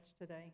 today